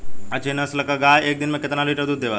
अच्छी नस्ल क गाय एक दिन में केतना लीटर दूध देवे ला?